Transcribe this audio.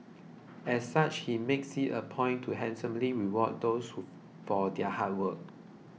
as such he makes it a point to handsomely reward them for their hard work